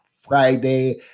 Friday